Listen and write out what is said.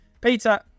Peter